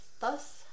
thus